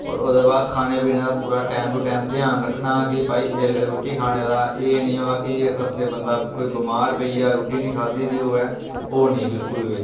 होर ओह्दे बाद खाने पीने दा पूरा टैम टू टैम ध्यान रक्खना के भाई एल्लै रूट्टी खाने दा एह् नी होऐ कि रस्ते बंदा कोई बमार पेई जा रुट्टी नी खाद्धी दी होऐ ओह् नी बिलकुल बी